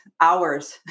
hours